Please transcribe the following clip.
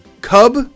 cub